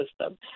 system